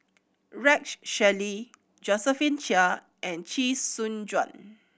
Rex Shelley Josephine Chia and Chee Soon Juan